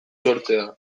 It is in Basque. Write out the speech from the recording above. sortzea